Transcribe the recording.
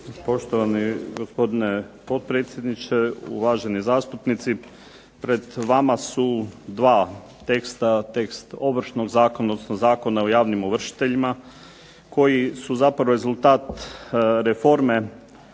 Poštovani gospodine potpredsjedniče, uvaženi zastupnici. Pred vama su dva teksta, tekst Ovršnog zakona odnosno Zakona o javnim ovršiteljima koji su zapravo rezultat reforme